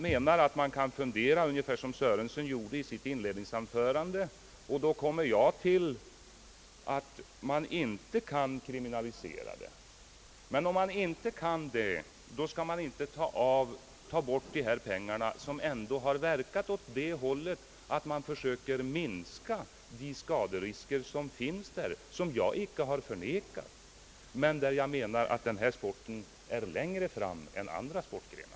Man kan resonera ungefär som herr Sörenson gjorde i sitt inledningsanförande, och då kommer jag till den slutsatsen att man inte kan kriminalisera boxningen. Om man inte kan göra det, skall man inte heller underlåta att ge dessa pengar som ändå hjälper till i försöken att minska de skaderisker som finns och som jag icke har förnekat. Jag upprepar att boxningssporten dock i det avseendet har kommit längre än andra sportgrenar.